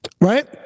Right